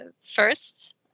first